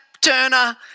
turner